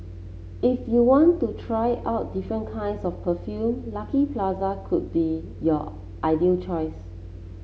if you want to try out different kinds of perfume Lucky Plaza could be your ideal choice